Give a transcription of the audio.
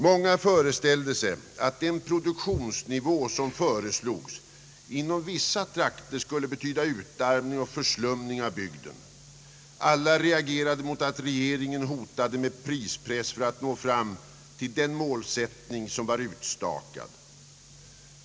Många föreställde sig att den produktionsnivå som föreslogs inom vissa trakter skulle betyda utarmning och förslumning av bygden. Alla reagerade mot att regeringen hotade med prispress för att nå fram till den målsättning som var utstakad.